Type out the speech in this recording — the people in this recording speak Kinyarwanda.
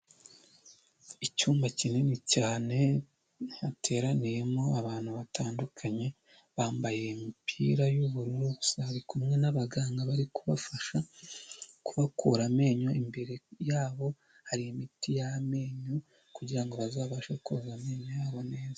Icyumba kinini cyane hateraniyemo abantu batandukanye, bambaye imipira y'ubururu gusa bari kumwe n'abaganga bari kubafasha kubakura amenyo, imbere yabo hari imiti y'amenyo kugira ngo bazabashe koza amenyo yabo neza.